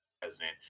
president